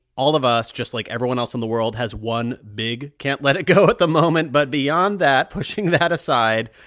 all of us, just like everyone else in the world, has one big can't let it go at the moment. but beyond that pushing that aside,